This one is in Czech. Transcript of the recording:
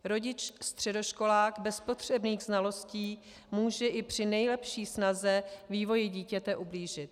Rodičstředoškolák bez potřebných znalostí může i při nejlepší snaze vývoji dítěte ublížit.